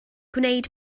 gwneud